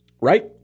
Right